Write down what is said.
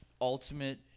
ultimate